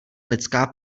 lidská